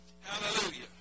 Hallelujah